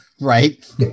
right